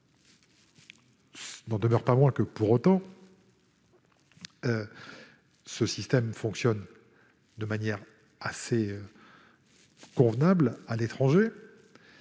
Il n'en demeure pas moins que ce système fonctionne de manière assez convenable à l'étranger